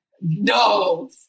No